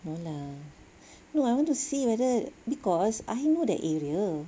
no lah no I want to see whether because I know that area